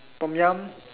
Tom-Yum